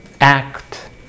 act